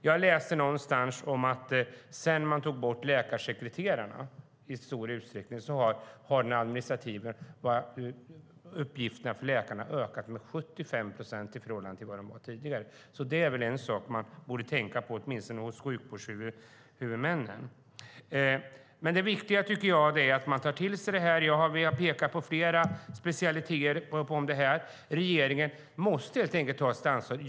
Jag läste någonstans att sedan man tog bort läkarsekreterarna, vilket skett i stor utsträckning, har de administrativa uppgifterna för läkarna ökat med 75 procent i förhållande till hur det var tidigare. Det är sådant som sjukvårdshuvudmännen borde tänka på. Det viktiga är att ta till sig detta. Jag har pekat på flera specialistområden. Regeringen måste helt enkelt ta sitt ansvar.